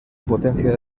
potencia